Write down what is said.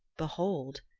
behold!